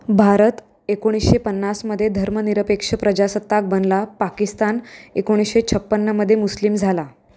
भारत एकोणीसशे पन्नासमध्ये धर्मनिरपेक्ष प्रजासत्ताक बनला पाकिस्तान एकोणीसशे छप्पन्नमध्ये मुस्लिम झाला